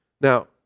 Now